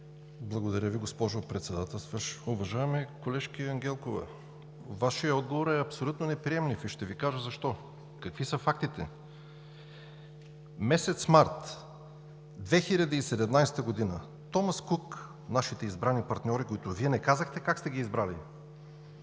Благодаря Ви, госпожо Председателстващ. Уважаема колежке Ангелкова, Вашият отговор е абсолютно неприемлив и ще Ви кажа защо. Какви са фактите? Месец март 2017 г. „Томас Кук“ – нашите избрани партньори, които Вие не казахте как сте ги избрали,